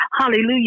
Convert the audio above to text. Hallelujah